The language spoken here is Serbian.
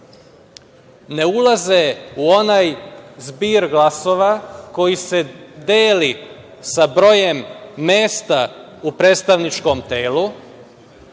ne ulaze u onaj zbir glasova koji se deli sa brojem mesta u predstavničkom telu